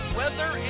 weather